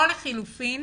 או לחילופין